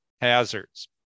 hazards